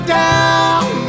down